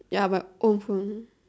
ya but old phone